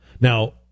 Now